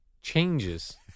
changes